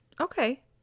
Okay